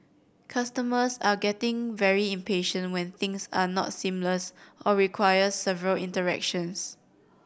customers are getting very impatient when things are not seamless or require several interactions